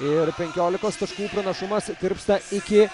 ir penkiolikos taškų pranašumas tirpsta iki